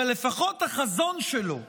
אבל לפחות החזון שלו,